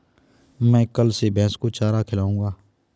मैं कल से भैस को चारा खिलाऊँगा